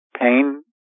Pain